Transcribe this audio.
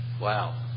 Wow